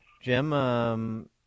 Jim